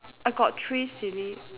I got three silly